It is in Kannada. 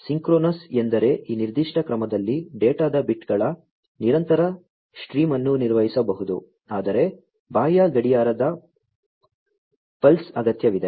ಸಿಂಕ್ರೊನಸ್ ಎಂದರೆ ಈ ನಿರ್ದಿಷ್ಟ ಕ್ರಮದಲ್ಲಿ ಡೇಟಾದ ಬಿಟ್ಗಳ ನಿರಂತರ ಸ್ಟ್ರೀಮ್ ಅನ್ನು ನಿರ್ವಹಿಸಬಹುದು ಆದರೆ ಬಾಹ್ಯ ಗಡಿಯಾರದ ಪಲ್ಸ್ ಅಗತ್ಯವಿದೆ